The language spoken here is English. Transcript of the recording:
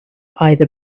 either